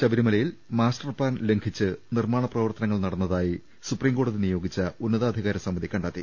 ശബരിമലയിൽ master plan ലംഘിച്ച് നിർമ്മാണ പ്രവർത്തനങ്ങൾ നടന്നതായി സുപ്രീംകോടതി നിയോ ഗിച്ച ഉന്നതാധികാര സമിതി കണ്ടെത്തി